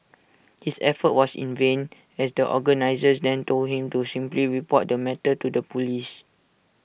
his effort was in vain as the organisers then told him to simply report the matter to the Police